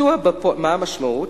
מה המשמעות?